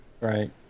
Right